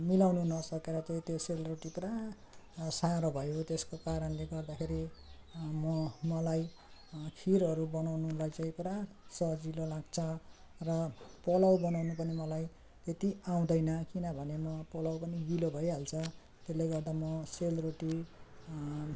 मिलाउनु नसकेर चाहिँ त्यो सेलरोटी पुरा साह्रो भयो त्यसको कारणले गर्दाखेरि म मलाई खिरहरू बनाउनुलाई चाहिँ पुरा सजिलो लाग्छ र पोलाउ बनाउन पनि मलाई त्यति आउँदैन किनभने म पोलाउ पनि गिलो भइहाल्छ त्यसले गर्दा म सेलरोटी